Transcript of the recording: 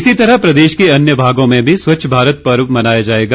इसी तरह प्रदेश के अन्य भागों में भी स्वच्छ भारत पर्व मनाया जायेगा